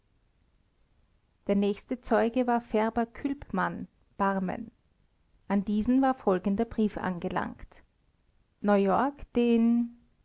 der nächste zeuge war färber külpmann barmen an diesen war folgender brief angelangt neuyork den